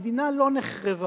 המדינה לא נחרבה.